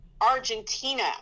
Argentina